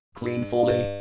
cleanfully